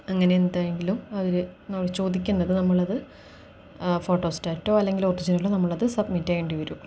അങ്ങനെ എന്തെങ്കിലും അവര് ചോദിക്കുന്നത് നമ്മളത് ഫോട്ടോസ്റ്റാറ്റോ അല്ലെങ്കിൽ ഒറിജിനലോ നമ്മളത് സബ്മിറ്റ് ചെയ്യേണ്ടി വരും